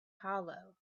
hollow